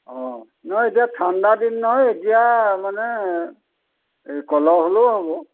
অঁ নহয় এতিয়া ঠাণ্ডা দিন নহয় এতিয়া মানে এই কলহ হ'লেও হ'ব